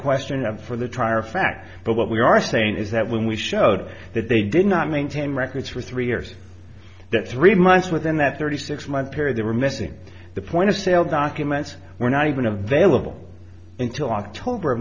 fact but what we are saying is that when we showed that they did not maintain records for three years that three months within that thirty six month period they were missing the point of sale documents were not even a vailable until october